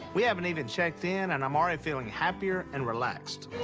we haven't even checked in and i'm already feeling happier and relaxed.